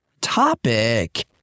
topic